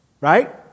right